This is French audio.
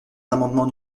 l’amendement